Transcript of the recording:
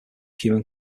human